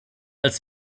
als